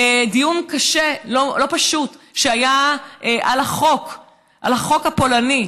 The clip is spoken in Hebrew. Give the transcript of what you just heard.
שהיה דיון קשה, לא פשוט, על החוק הפולני.